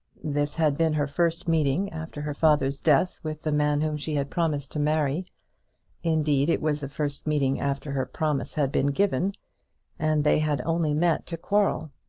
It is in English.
this had been her first meeting after her father's death with the man whom she had promised to marry indeed, it was the first meeting after her promise had been given and they had only met to quarrel.